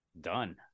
done